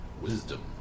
Wisdom